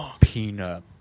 peanut